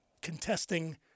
contesting